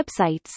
websites